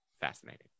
fascinating